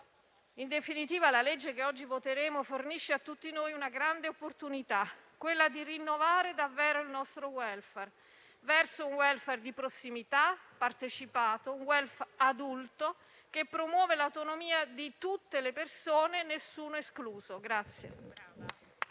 In definitiva, la legge che oggi voteremo fornisce a tutti noi la grande opportunità di rinnovare davvero il nostro *welfare*, verso un *welfare* di prossimità, partecipato e adulto, che promuove l'autonomia di tutte le persone, nessuno escluso.